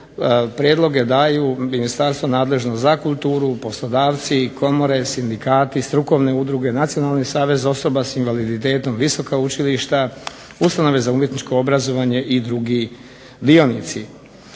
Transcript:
prijedloge daje ministarstva nadležna za kulturu, poslodavci, komore, sindikati, strukovne udruge, Nacionalni savez osoba s invaliditetom, visoka učilišta, ustanove za umjetničko obrazovanje i drugi dionici.